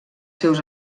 seus